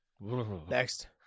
next